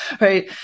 right